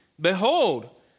Behold